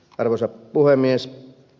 arvoisa puhemies